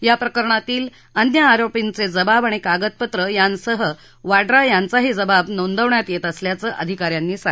या प्रकरणातील अन्य आरोपींचे जबाब आणि कागदपत्रं यांसह वाड्रा यांचाही जबाब नोंदवण्यात येत असल्याचं अधिका यांनी सांगितलं